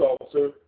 officer